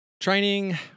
Training